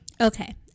Okay